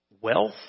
Wealth